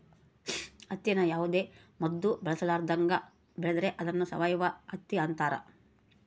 ಹತ್ತಿನ ಯಾವುದೇ ಮದ್ದು ಬಳಸರ್ಲಾದಂಗ ಬೆಳೆದ್ರ ಅದ್ನ ಸಾವಯವ ಹತ್ತಿ ಅಂತಾರ